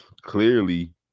clearly